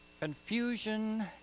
confusion